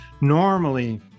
normally